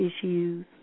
issues